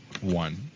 one